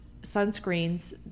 sunscreens